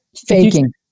faking